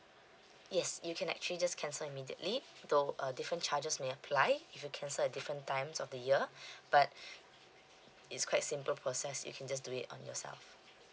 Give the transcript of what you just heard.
yes you can actually just cancel immediately though uh different charges may apply if you cancel at different times of the year but it's quite simple process you can just do it on yourself